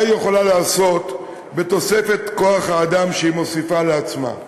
מה היא יכולה לעשות בתוספת כוח-האדם שהיא מוסיפה לעצמה.